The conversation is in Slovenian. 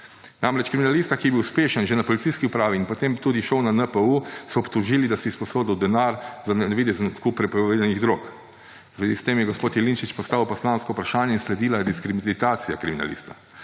Namreč kriminalista, ki je bil uspešen že na policijski upravi in potem tudi šel na NPU, so obtožili, da si je izposodil denar za navidezen odkup prepovedanih drog. V zvezi s tem je gospod Jelinčič postavil poslansko vprašanje in sledila je diskreditacija kriminalista.